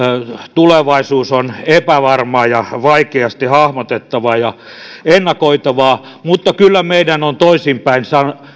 tulevaisuus on epävarma ja vaikeasti hahmotettavaa ja ennakoitavaa mutta kyllä meidän on toisinpäin